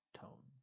tone